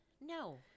No